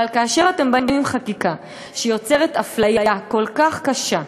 אבל כאשר אתם באים עם חקיקה שיוצרת אפליה כל כך קשה,